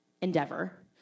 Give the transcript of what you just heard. endeavor